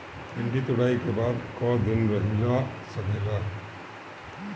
भिन्डी तुड़ायी के बाद क दिन रही सकेला?